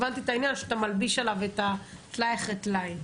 הבנתי את העניין שאתה מלביש עליו את הטלאי אחרי טלאי.